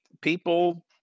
people